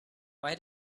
why